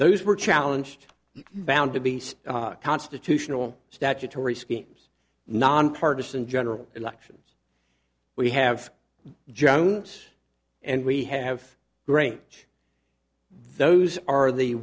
those were challenged bound to be split constitutional statutory schemes nonpartisan general elections we have jones and we have grange those are the